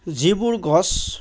যিবোৰ গছ